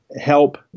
help